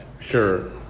Sure